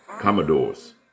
Commodores